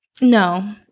No